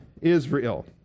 Israel